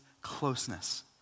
closeness